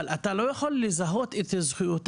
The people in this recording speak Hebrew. אבל אתה לא יכול לזהות את זכויותיו